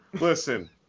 Listen